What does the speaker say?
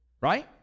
right